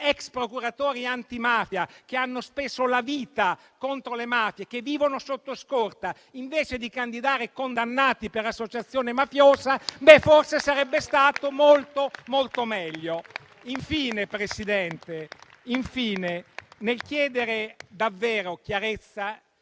ex procuratori antimafia che hanno speso la vita contro le mafie, che vivono sotto scorta, invece di candidare condannati per associazione mafiosa, forse sarebbe stato molto meglio. Infine, Presidente, nel chiedere davvero chiarezza,